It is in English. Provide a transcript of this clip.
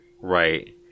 Right